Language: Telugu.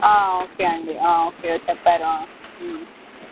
ఓకే అండి ఓకే చెప్తారా